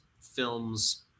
films